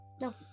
No